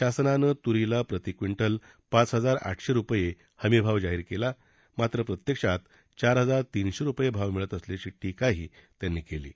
शासनानं तुरीला प्रती क्विंटल पाच हजार आठशे रूपये हमीभाव जाहीर केला मात्र प्रत्यक्षात चार हजार तिनशे रूपये भाव मिळत असल्याची टीकाही त्यांनी केली आहे